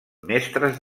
mestres